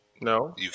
No